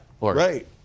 Right